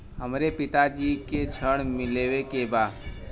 हमरे पिता जी के ऋण लेवे के बा?